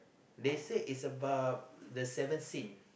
they said is about the seven sin